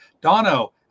Dono